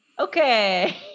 okay